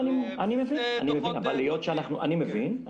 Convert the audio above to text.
אני מבין,